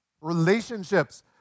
Relationships